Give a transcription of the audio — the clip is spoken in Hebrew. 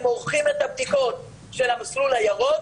הם עורכים את הבדיקות של המסלול הירוק